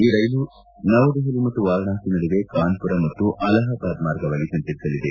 ಈ ರೈಲು ನವದೆಹಲಿ ಮತ್ತು ವಾರಾಣಸಿ ನಡುವೆ ಕಾನ್ವುರ ಮತ್ತು ಅಲಹಾಬಾದ್ ಮಾರ್ಗವಾಗಿ ಸಂಚರಿಸಲಿದೆ